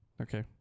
okay